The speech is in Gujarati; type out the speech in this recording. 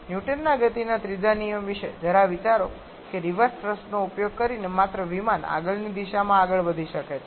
ન્યુટનના ગતિના ત્રીજા નિયમ વિશે જરા વિચારો કે રિવર્સ થ્રસ્ટનો ઉપયોગ કરીને માત્ર વિમાન આગળની દિશામાં આગળ વધી શકે છે